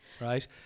right